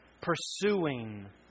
Pursuing